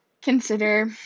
consider